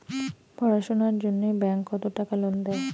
পড়াশুনার জন্যে ব্যাংক কত টাকা লোন দেয়?